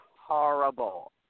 horrible